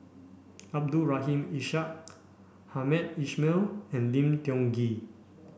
Abdul Rahim Ishak Hamed Ismail and Lim Tiong Ghee